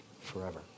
forever